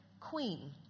queen